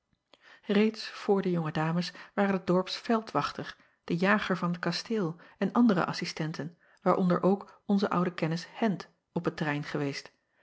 eeds voor de jonge ames waren de dorps veldwachter de jager van t kasteel en andere assistenten waaronder ook onze oude kennis endt op het terrein geweest